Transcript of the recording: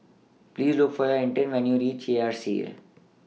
Please Look For when YOU REACH R C A